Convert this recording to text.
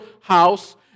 house